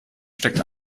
steckt